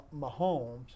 Mahomes